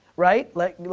right? like,